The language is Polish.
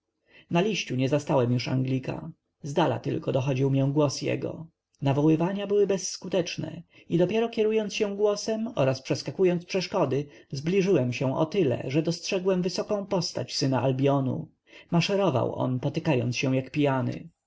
na liściu nie zastałem już anglika zdala tylko dochodził mię głos jego nawoływania były bezskutecznemi i dopiero kierując się za głosem oraz przeskakując przeszkody zbliżyłem się o tyle że dostrzegłem wysoką postać syna albionu maszerował on potaczając się jak pijany